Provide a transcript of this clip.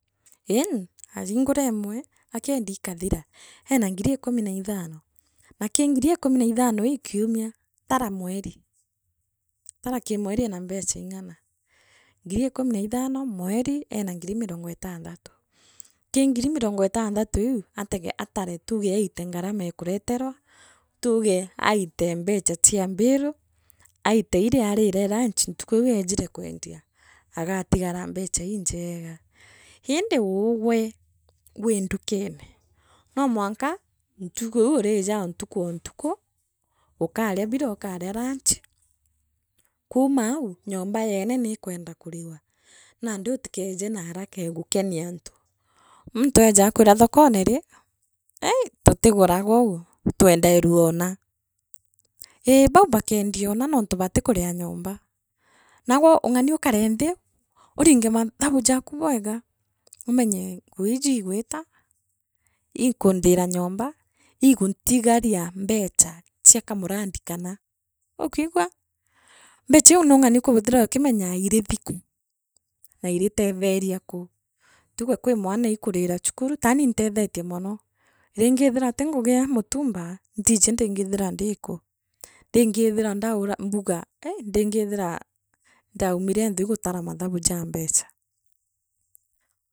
iini, ariingura imwe akeendia ikathia, ena ngin ikumi na ithano na kii ngiri ikumi na ithano ii kiumia tara mweri, tara kii mweri ena mbecha ing’ana, ngiri ikumi na ithano mweri ena ngiri mirongo itantatu, kii ngiri mirongo itantatu iu atege atare tuge aite ngarama ee kureterwa, tuuge aite mbecha cha bale aite irta arire lunch ntuku iu ya kwendia, agatigara aa mbicha injeega indi ugwe wi ndukene nomwanka, ntuku iu uriija oo ntuku oo ntuku ukaria biria akaria lunch, kuuma au nyomba yeene niikwenda kuriwa nandi utikeeje na araka ya gukeria antu, muntu eeja akwira thokone rii aaii tutiguranga ou twendairua u ii bau bakenendia uuna nontu batikuria nyomba, naagwe ung’ani ukare nthi uringe mathabu jaaku bwega, umenye nguu iiji igwiita, ikundiira nyomba iguntigaria mbecha cia kamurandi kana. Ukwiigua mbecha iu nuung’ani kwithirwa ukimenyaa irithi kaa naa iriiteetheria kuu tuge kwi mwana ikuurira cukuru taani iintethitie mono urigi ithirwa ti ngugi ya mutumba ntiji ndirgiithira ndiku, ndingi ithira ndaura mbugaa aaii ndingi ithira ndaumire nthi gutara mathabu jaa mbecha.